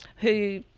who,